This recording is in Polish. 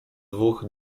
dwóch